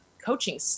coaching